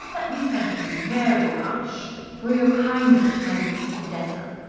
let me thank you very much for your kindness to my little fidessa,